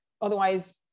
otherwise